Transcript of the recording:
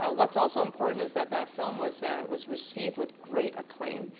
ah what's also important is that that film was ah was received with great acclaim.